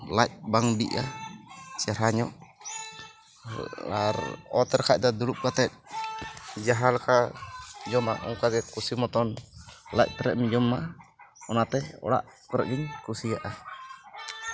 ᱞᱟᱡᱽ ᱵᱟᱝ ᱵᱤᱜᱼᱟ ᱪᱮᱨᱦᱟ ᱧᱚᱜ ᱟᱨ ᱚᱛᱨᱮ ᱠᱷᱟᱱ ᱫᱚ ᱫᱩᱲᱩᱵ ᱠᱟᱛᱮᱫ ᱡᱟᱦᱟᱸ ᱞᱮᱠᱟᱢ ᱡᱚᱢᱟ ᱚᱱᱠᱟᱜᱮ ᱠᱩᱥᱤ ᱢᱚᱛᱚᱱ ᱞᱟᱡᱽ ᱯᱮᱨᱮᱡ ᱮᱢ ᱡᱚᱢᱟ ᱚᱱᱟᱛᱮ ᱚᱲᱟᱜ ᱠᱚᱨᱮᱫ ᱜᱤᱧ ᱠᱩᱥᱤᱭᱟᱜᱼᱟ